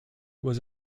was